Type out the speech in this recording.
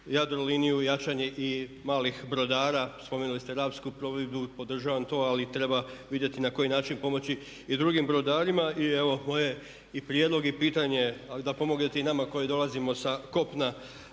Jadroliniju jačanje i malih brodara, spomenuli ste Rapsku plovidbu, podržavam to ali treba vidjeti na koji način pomoći i drugim brodarima i evo moje i prijedlog i pitanje a da pomognete i nama koji dolazimo sa kopna